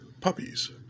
puppies